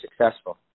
successful